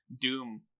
Doom